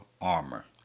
armor